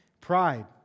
Pride